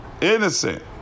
Innocent